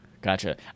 Gotcha